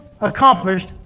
accomplished